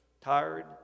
tired